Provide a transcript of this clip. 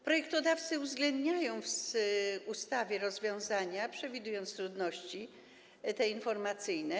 Projektodawcy uwzględniają w ustawie rozwiązania przewidujące trudności informacyjne.